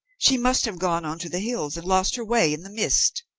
she must have gone on to the hills and lost her way in the mist.